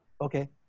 okay